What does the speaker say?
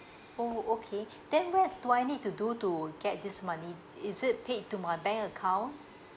oh okay then what do I need to do to get this money is it paid to my bank account